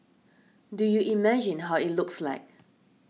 do you imagine how it looks like